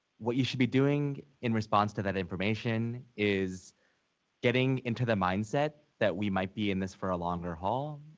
what you should be doing in response to that information is getting into the mindset that we might be in this for a longer haul,